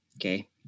okay